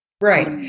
Right